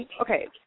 okay